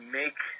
make